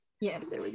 yes